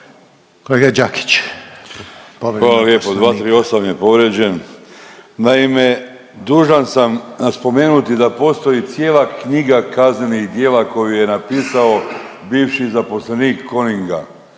238. je povrijeđen. Naime, dužan sam spomenuti da postoji cijela knjiga kaznenih djela koju je napisao bivši zaposlenik Koninga